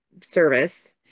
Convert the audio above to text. service